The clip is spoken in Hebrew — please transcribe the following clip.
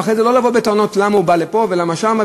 ואחרי זה לא לבוא בטענות למה הוא בא לפה ולמה לשם,